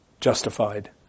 justified